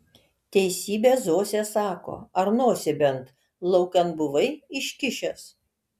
teisybę zosė sako ar nosį bent laukan buvai iškišęs